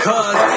Cause